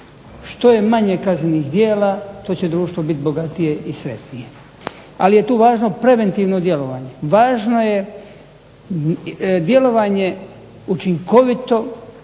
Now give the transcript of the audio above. Što je manje kaznenih djela to će društvo biti bogatije i sretnije. Ali je tu važno preventivno djelovanje, važno je djelovanje učinkovito